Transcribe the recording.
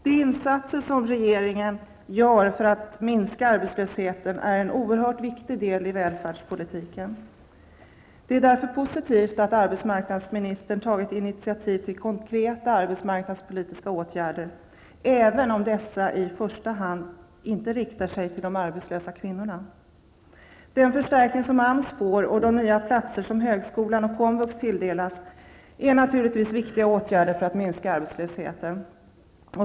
De insatser som regeringen gör för att minska arbetslösheten är en oerhört viktig del i välfärdspolitiken. Det är därför positivt att arbetsmarknadsministern har tagit initiativ till konkreta arbetsmarknadspolitiska åtgärder, även om dessa i första hand inte riktar sig till de arbetslösa kvinnorna. Den förstärkning som AMS får och de nya platser högskolan och komvux tilldelas är naturligtvis viktiga åtgärder för att minska arbetslösheten.